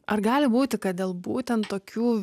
ar gali būti kad dėl būtent tokių